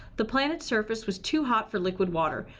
the planet's surface was too hot for liquid water,